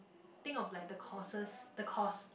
think of like the courses the course